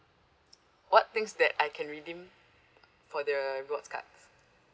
what things that I can redeem for the rewards cards